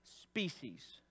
species